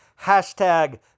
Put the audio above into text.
Hashtag